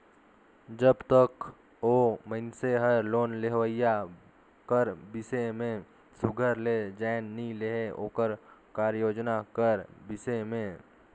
जब तक ओ मइनसे हर लोन लेहोइया कर बिसे में सुग्घर ले जाएन नी लेहे ओकर कारयोजना कर बिसे में